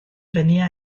venía